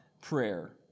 prayer